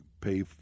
pay